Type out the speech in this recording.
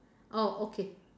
oh okay